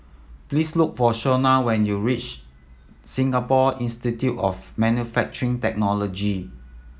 please look for Shona when you reach Singapore Institute of Manufacturing Technology